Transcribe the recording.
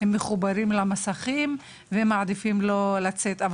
הילדים מחוברים למסכים ומעדיפים שלא לצאת מהבית.